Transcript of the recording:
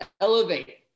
elevate